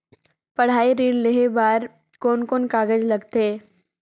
पढ़ाई ऋण लेहे बार कोन कोन कागज लगथे?